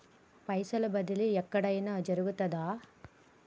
పైసల బదిలీ ఎక్కడయిన జరుగుతదా?